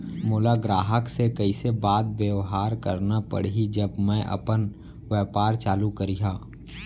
मोला ग्राहक से कइसे बात बेवहार करना पड़ही जब मैं अपन व्यापार चालू करिहा?